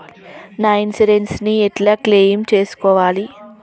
నా ఇన్సూరెన్స్ ని ఎట్ల క్లెయిమ్ చేస్కోవాలి?